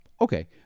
okay